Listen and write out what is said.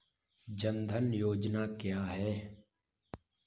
जनधन योजना क्या है?